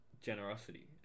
generosity